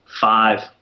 Five